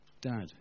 Dad